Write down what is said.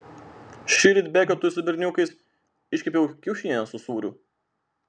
šįryt beketui su berniukais iškepiau kiaušinienę su sūriu